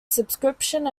subscription